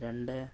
രണ്ട്